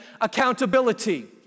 accountability